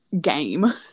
game